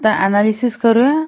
आता आपण अनालिसिस करूया